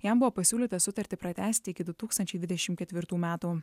jam buvo pasiūlyta sutartį pratęsti iki du tūkstančiai dvidešim ketvirtų metų